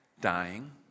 dying